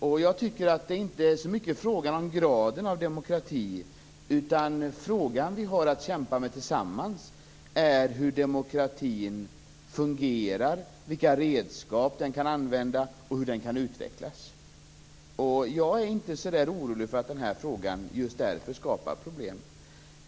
Det är som jag ser det inte så mycket en fråga om graden av demokrati, utan de frågor vi tillsammans har att kämpa med är hur demokratin fungerar, vilka redskap den kan använda och hur den kan utvecklas. Jag är inte så orolig för att den här frågan just därför skapar problem.